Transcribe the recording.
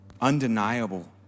undeniable